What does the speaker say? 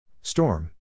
Storm